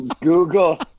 Google